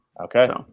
Okay